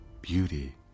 beauty